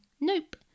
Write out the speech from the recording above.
Nope